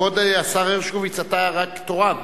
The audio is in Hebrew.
כבוד השר הרשקוביץ, אתה רק תורן,